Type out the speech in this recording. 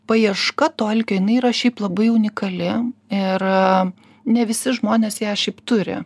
paieška to alkio jinai yra šiaip labai unikali ir ne visi žmonės ją šiaip turi